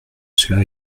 cela